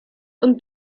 und